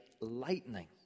lightning